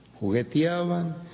jugueteaban